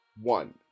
One